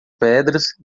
pedras